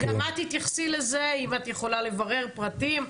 וגם את תתייחסי לזה אם את יכולה לברר פרטים.